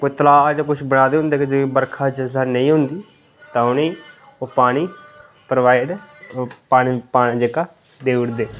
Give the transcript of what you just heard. ते कोई तलाऽ हा ते कुछ बना दे होंदे हे बर्खा जिसलै नेईं होंदी तां उ'नेंगी ओह् पानी प्रोवाइड पानी जेह्का देई ओड़दे